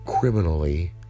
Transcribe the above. criminally